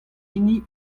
hini